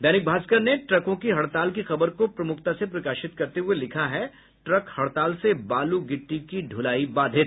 दैनिक भास्कर ने ट्रकों की हड़ताल की खबर को प्रमुखता से प्रकाशित करते हुये लिखा है ट्रक हड़ताल से बालू गिट्टी की ढुलाई बाधित